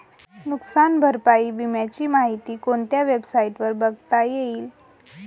नुकसान भरपाई विम्याची माहिती कोणत्या वेबसाईटवर बघता येईल?